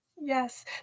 Yes